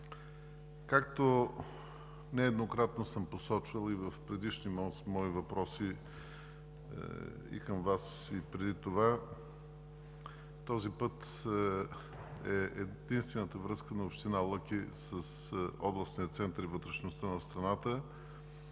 Както нееднократно съм посочвал и в предишни мои въпроси към Вас и преди това, този път е единствената връзка на община Лъки с областния център и вътрешността на страната.